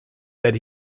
that